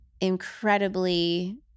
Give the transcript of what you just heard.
incredibly